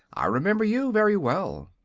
i remember you very well.